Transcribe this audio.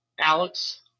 Alex